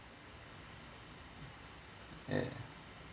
ya